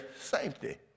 safety